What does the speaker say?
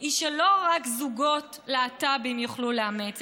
הוא שלא רק זוגות להט"בים יוכלו לאמץ,